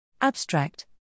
Abstract